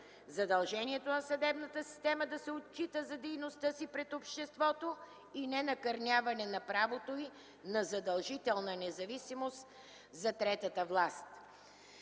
задължението на съдебната система да се отчита за дейността си пред обществото и ненакърняване на правото й на задължителна независимост за третата власт.